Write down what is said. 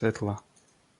svetla